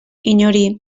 inori